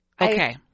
Okay